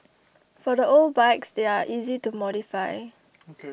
for the old bikes they're easy to modify